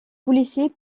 policiers